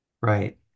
Right